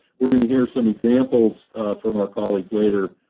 we're going to hear some examples from our colleagues later,